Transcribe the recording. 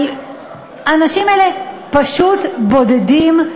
האנשים האלה פשוט בודדים,